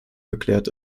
geklärt